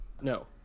No